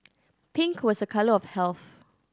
pink was a colour of health